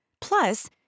Plus